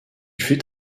fut